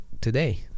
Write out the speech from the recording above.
today